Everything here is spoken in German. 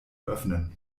öffnen